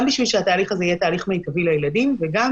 גם כדי שהתהליך הזה יהיה תהליך מיטבי לילדים וגם